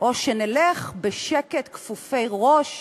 או שנלך בשקט כפופי ראש